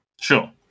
Sure